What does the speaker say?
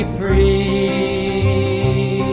free